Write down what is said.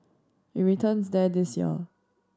it returns there this year